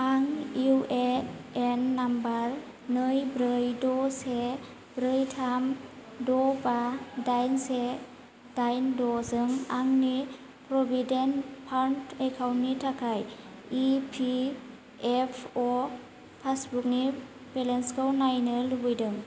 आं U A N number नै ब्रै द' से ब्रै थाम द' बा दाइन से दाइन द'जों आंनि प्रभिडेन्ट फाण्ड एकाउन्ट नि थाखाय इ पि एफ अ पासबुकनि बेलेन्सखौ नायनो लुबैदों